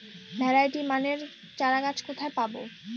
Variety মানের চারাগাছ কোথায় পাবো?